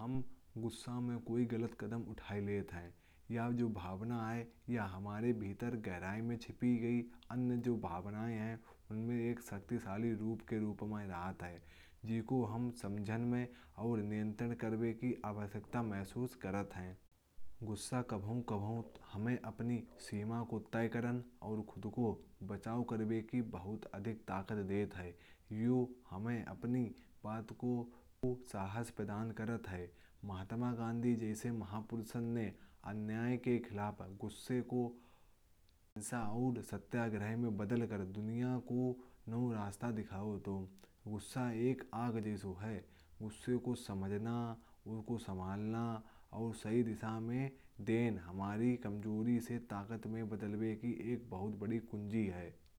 हम कभी कभी कोई गलत कदम उठा लेते हैं। या अपनी भावनाओं को समझने और नियंत्रण करने की आवश्यकता महसूस करते हैं। गुस्सा कभी कभी हमें अपनी सीमाओं को तय करने। और खुद को बचाने की बहुत अधिक ताकत देता है। यह हमें अपने प्रतिक्रियाओं को समझने की। और अपनी भावनाओं को कंट्रोल करने की ज़रूरत प्रदान करता है। महात्मा गांधी जैसे महापुरुषों ने अन्याय के खिलाफ गुस्से को। सत्याग्रह में बदल कर दुनिया को नया रास्ता दिखाया। गुस्सा एक आग की तरह होता है गुस्से को समझना। उन्हें संभालना और सही दिशा में देना हमारी कमजोरी को ताकत में बदलने की एक बहुत बड़ी कुंजी है।